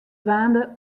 dwaande